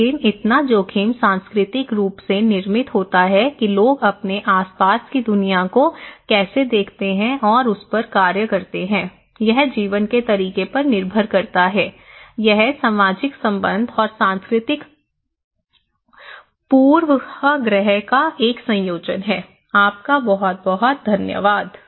लेकिन इतना जोखिम सांस्कृतिक रूप से निर्मित होता है कि लोग अपने आस पास की दुनिया को कैसे देखते हैं और उस पर कार्य करते हैं यह जीवन के तरीके पर निर्भर करता है यह सामाजिक संबंध और सांस्कृतिक पूर्वाग्रह का एक संयोजन है बहुत बहुत धन्यवाद